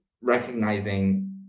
recognizing